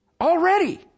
Already